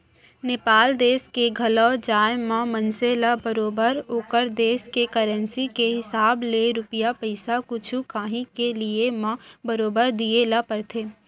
नेपाल देस के घलौ जाए म मनसे ल बरोबर ओकर देस के करेंसी के हिसाब ले रूपिया पइसा कुछु कॉंही के लिये म बरोबर दिये ल परथे